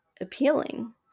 appealing